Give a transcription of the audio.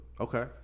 Okay